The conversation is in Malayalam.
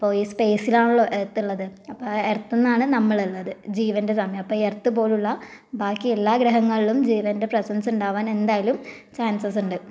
അപ്പോൾ ഈ സ്പേസിൽ ആണല്ലോ എർത്ത് ഉള്ളത് അപ്പോൾ എർത്തിൽ നിന്നാണ് നമ്മൾ ഉള്ളത് ജീവൻ്റെ സമയം അപ്പോൾ എർത്ത് പോലുള്ള ബാക്കി എല്ലാ ഗൃഹങ്ങളിലും ജീവൻ്റെ പ്രസൻസ് ഉണ്ടാവാൻ എന്തായാലും ചാൻസസ് ഉണ്ട്